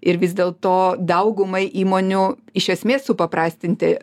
ir vis dėlto daugumai įmonių iš esmės supaprastinti